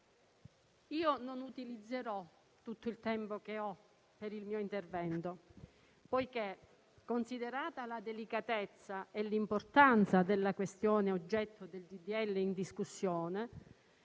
non utilizzerò tutto il tempo che ho per il mio intervento poiché, considerata la delicatezza e l'importanza della questione oggetto del disegno